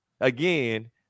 again